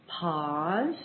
pause